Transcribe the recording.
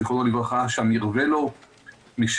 זכרו לברכה: "שם ירווה לו משפע,